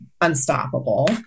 unstoppable